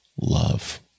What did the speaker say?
love